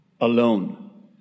alone